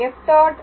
f